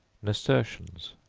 nasturtions.